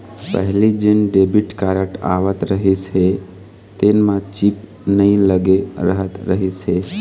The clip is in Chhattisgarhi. पहिली जेन डेबिट कारड आवत रहिस हे तेन म चिप नइ लगे रहत रहिस हे